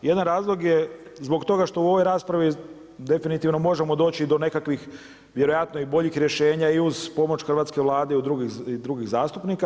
Jedan razlog je zbog toga što u ovoj raspravi definitivno možemo doći i do nekakvih vjerojatno i boljih rješenja i uz pomoć hrvatske Vlade i drugih zastupnika.